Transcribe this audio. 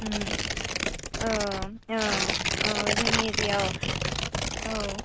औ औ औ जोंनि एरियायाव औ